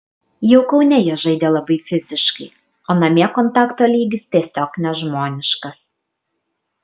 jau kaune jie žaidė labai fiziškai o namie kontakto lygis tiesiog nežmoniškas